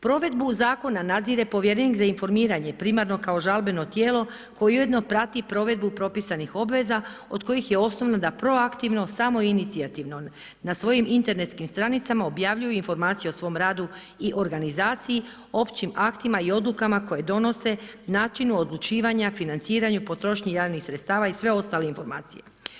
Provedbu zakona nadzire povjerenik za informiranje primarno kao žalbeno tijelo koje ujedno prati i provedbu propisanih obveza od koji je osnovno da proaktivno samoinicijativno na svojim internetskim stranicama objavljuju informacije o svom radu i organizaciji, općim aktima i odlukama koje donose, načinu odlučivanja, financiranju, potrošnji javnih sredstava i sve ostale informacije.